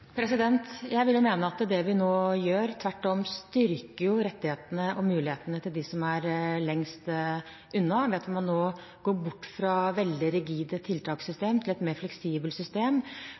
Jeg vil jo mene at det vi nå gjør, tvert om styrker rettighetene og mulighetene til dem som er lengst unna, ved at man går bort fra veldig rigide tiltakssystem til et mer fleksibelt system,